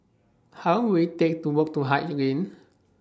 How Long Will IT Take to Walk to Haig Lane